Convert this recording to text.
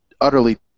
utterly